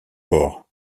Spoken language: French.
port